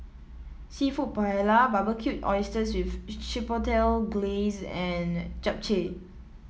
seafood Paella Barbecued Oysters with Chipotle Glaze and Japchae